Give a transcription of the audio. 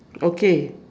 okay